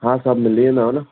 हा सभु मिली वेंदव न